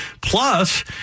plus